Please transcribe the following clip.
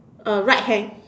uh right hand